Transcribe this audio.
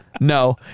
no